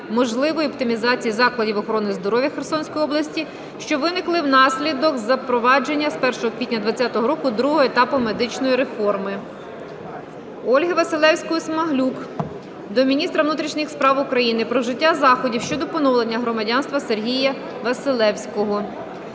можливої оптимізації закладів охорони здоров'я Херсонської області, що виникли внаслідок запровадження з 1 квітня 2020 року другого етапу медичної реформи. Ольги Василевської-Смаглюк до міністра внутрішніх справ України про вжиття заходів щодо поновлення громадянства Сергія Василевського.